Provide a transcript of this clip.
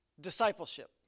discipleship